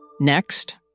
Next